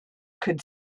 could